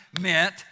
meant